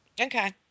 Okay